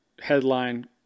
headline